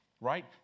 right